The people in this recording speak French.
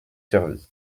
servi